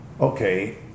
Okay